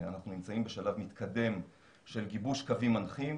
אנחנו נמצאים בשלב מתקדם של גיבוש קווים מנחים